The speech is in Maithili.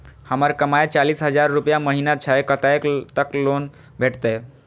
हमर कमाय चालीस हजार रूपया महिना छै कतैक तक लोन भेटते?